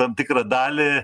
tam tikrą dalį